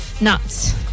nuts